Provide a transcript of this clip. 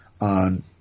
on